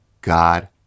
God